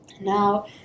Now